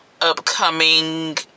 upcoming